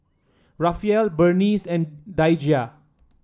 Rafael Berneice and Daijah